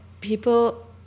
people